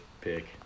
pick